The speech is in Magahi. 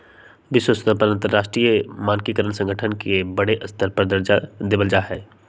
वैश्विक स्तर पर अंतरराष्ट्रीय मानकीकरण संगठन के बडे स्तर पर दर्जा देवल जा हई